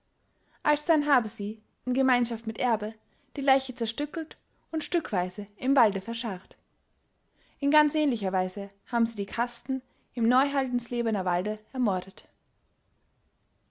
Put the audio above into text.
alsdann habe sie in gemeinschaft mit erbe die leiche zerstückelt und stückweise im walde verscharrt in ganz ähnlicher weise haben sie die kasten im neuhaldenslebener walde ermordet